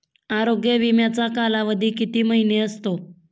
आरोग्य विमाचा कालावधी किती महिने असतो?